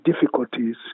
difficulties